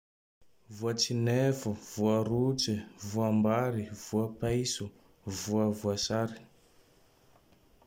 Voatsinefo, voarotse, voambary, voapaiso, voan'ny voasary.